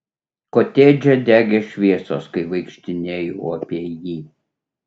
kotedže degė šviesos kai vaikštinėjau apie jį